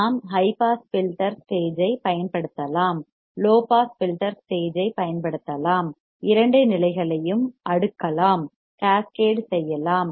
நாம் high pass filter stage ஐப் பயன்படுத்தலாம் லோ பாஸ் ஃபில்டர் ஸ்டேஜ் ஐப் பயன்படுத்தலாம் இரண்டு நிலைகளையும் ஸ்டேஜ் அடுக்கலாம் கேஸ் கேட் செய்யலாம்